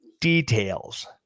details